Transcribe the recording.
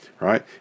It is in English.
right